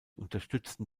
unterstützten